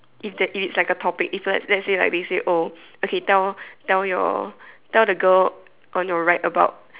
if that if it is like a topic it's were let's say we say oh okay tell tell your tell the girl on your right about